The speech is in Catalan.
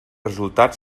resultat